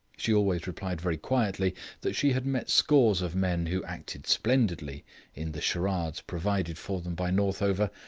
she always replied very quietly that she had met scores of men who acted splendidly in the charades provided for them by northover,